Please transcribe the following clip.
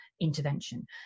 intervention